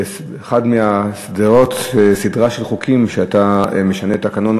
זה אחד מסדרה של חוקים שאתה משנה תקנון,